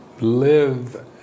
live